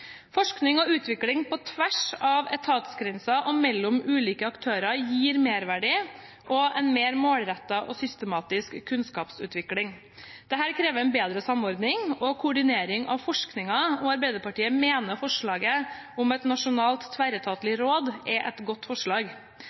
Forskning og utvikling på tvers av etatsgrenser og mellom ulike aktører gir merverdi og en mer målrettet og systematisk kunnskapsutvikling. Dette krever en bedre samordning og koordinering av forskningen, og Arbeiderpartiet mener forslaget om et nasjonalt tverretatlig råd er et godt forslag.